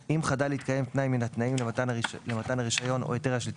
אם חדל להתקיים תנאי מן התנאים למתן הרישיון או היתר השליטה,